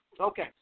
Okay